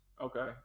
Okay